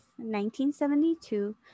1972